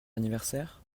anniversaire